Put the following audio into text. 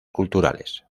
culturales